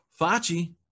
Fachi